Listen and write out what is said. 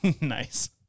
nice